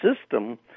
system